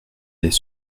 les